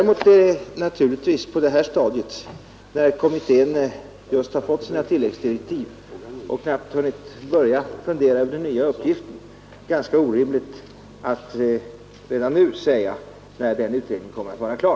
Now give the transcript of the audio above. Men på detta stadium, när kommittén just har fått sina tilläggsdirektiv och knappast har hunnit börja fundera över den nya arbetsuppgiften, är det självfallet omöjligt att säga när utredningen kommer att vara klar.